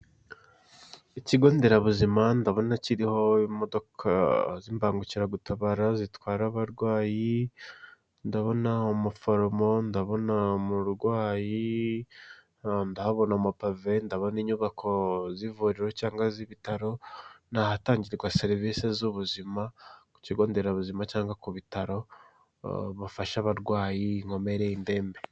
Ikigonderabuzima ndabona kiriho imodoka z'imbangukiragutabara zitwara abarwayi ndabona umuforomo ndabona umurwayi ndahabona amapave ndabona inyubako zivuriro cyangwa z'ibitaro ni ahatangirwa serivise z'ubuzima ku kigonderabuzima cyangwa ku bitaro bafasha abarwayi, inkomere, indembe.